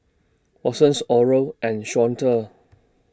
Watson's Oral and Shawnda